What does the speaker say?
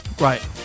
right